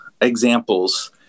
examples